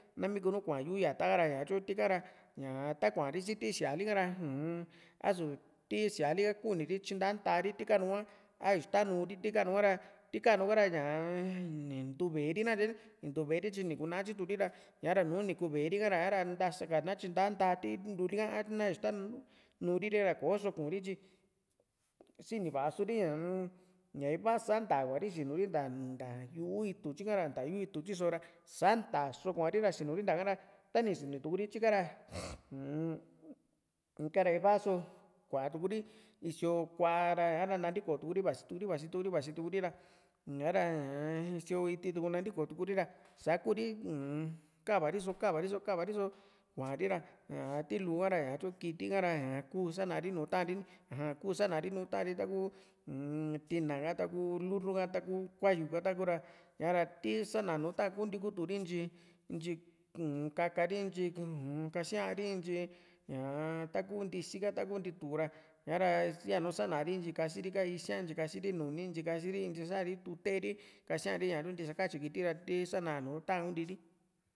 nami kuu nu kua yu´u yata ka tyo tika ra ta kuari si ti síaalika ra uun a´su ti síaali kuni ri tyinta ntaa ri ti kanu ka a ixtanuu ri ti kanu ka ra tikanu ka ra aam ni ntuu veéri nakatye ni ni ntuu veeri tyi ni kuna tyitu ri ra ña´ra nuni ku veeri nta´sa kana tyinta ntaa ti luli a na ixta nuuri ri´ka koso kuuri tyi sini va´a sori umm ña iva sa ntaa kuari sinu ri nta nta yu´u itu tyika ra nta yu´u itu tyiso ra sa ntaso kuari ra sinuri ntaka ra tani sinutukuri tyika ra umm ikara iva so kuatuuri isío kua´ra ñara nantikotu Kuri vasituri vasituri vasituri ra ña´ra ñaa sio í´tii tu nanitiko tukuri ra sakuri um kava riso kava riso kuari ra ñaa ti luu ha´ra ñatyu kiti ha´ra ña kuu sanri nùù ta´an ri aja kuu sanari nu ta´an ri taku umm tina ka taku lurru ha taku kua´yu ha taku ra ña´ra ti sana nùù ta´an kunti kutu ri nityi ntyi kaka ri ntyi uum ntyi kasi´ri ntyi ñaa taku ntisi ka taku ntitu ra ña´ra yanu sana ri ntyi kasii ri ka isiaa ntyi kasi ri nuni ntyi kasi ri ntyi sa´ri tuteri kasia´ri ña ntisa katyi kiti ra ti san a nùù ta´an kunti ri